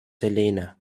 selena